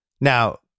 Now